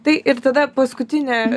tai ir tada paskutinė